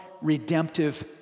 redemptive